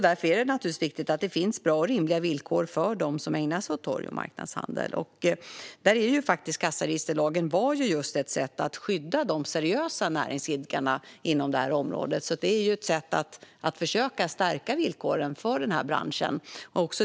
Därför är det naturligtvis viktigt att det finns bra och rimliga villkor för dem som ägnar sig åt torg och marknadshandel. Kassaregisterlagen var just ett sätt att skydda de seriösa näringsidkarna inom området, ett sätt att försöka stärka villkoren för den här branschen.